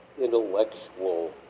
intellectual